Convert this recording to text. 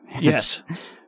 Yes